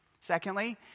Secondly